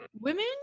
women